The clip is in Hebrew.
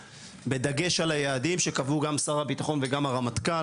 בדגש על היעדים שקבעו גם שר הביטחון וגם הרמטכ"ל,